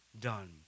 done